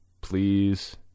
Please